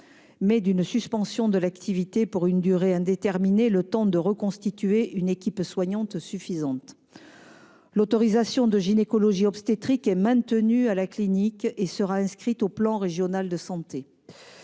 mais d'une suspension de l'activité pour une durée indéterminée, le temps de reconstituer une équipe soignante suffisante. L'autorisation de gynécologie-obstétrique est maintenue à la clinique et sera inscrite au plan régional de santé